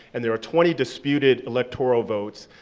and there are twenty disputed electoral votes,